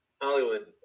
hollywood